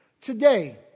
Today